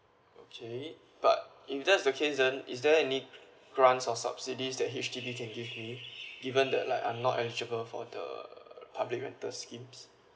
okay but if that's the case then is there any grants or subsidies that H_D_B can give me given that like I'm not eligible for the public rental schemes